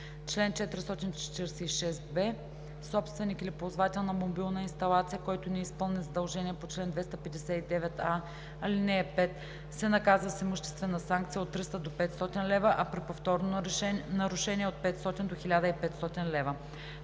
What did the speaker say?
Чл. 446б. Собственик или ползвател на мобилна инсталация, който не изпълни задължение по чл. 259а, ал. 5, се наказва с имуществена санкция от 300 до 500 лв., а при повторно нарушение – от 500 до 1500 лв.“